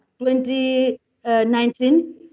2019